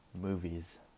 movies